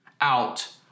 out